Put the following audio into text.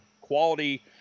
quality